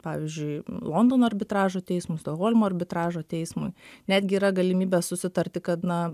pavyzdžiui londono arbitražo teismui stokholmo arbitražo teismui netgi yra galimybė susitarti kad na